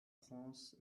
prince